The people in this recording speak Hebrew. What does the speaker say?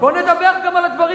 בואו נדבר גם על הדברים